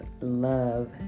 love